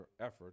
effort